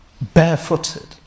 barefooted